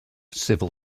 civil